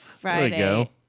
Friday